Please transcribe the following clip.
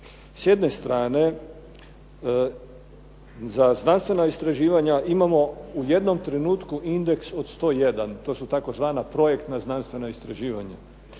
S jedne strane, za znanstvena istraživanja imamo u jednom trenutku indeks od 101, to su tzv. projektna znanstvena istraživanja,